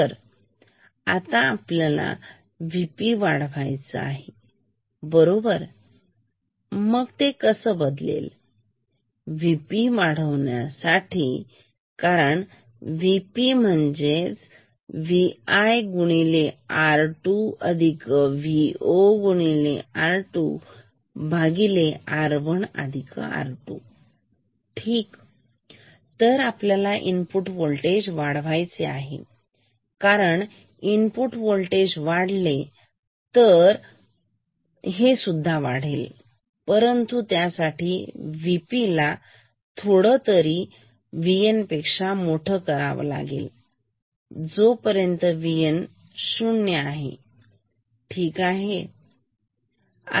तर आता आपल्याला VP वाढवायचा आहे बरोबर आणि तो कसा वाढवायचा VP वाढवण्यासाठी वाढवायचे आहे कारण VP म्हणजेच Vi R2Vo R1R1R2 ठीक आहे तर आपल्याला इनपुट वोल्टेज वाढवायचे आहे कारण इनपुट होल्टेज वाढली तर सुद्धा वाढेल परंतु हे कसे करायचे त्यासाठी VP हा थोडातरी VN पेक्षा मोठा असायला पाहिजे जो VN शून्य आहे ठीक आहे